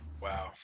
wow